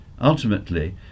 ultimately